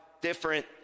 different